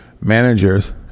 managers